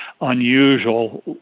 unusual